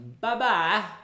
Bye-bye